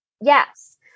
yes